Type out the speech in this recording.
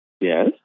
Yes